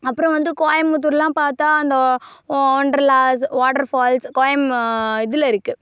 அப்புறம் வந்து கோயபுத்தூர்லாம் பார்த்தா அந்த ஒண்டர்லாஸ் வாட்டர்ஃபால்ஸ் கோயம் இதில் இருக்குது